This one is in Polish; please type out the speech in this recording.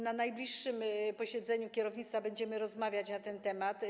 Na najbliższym posiedzeniu kierownictwa będziemy rozmawiać na ten temat.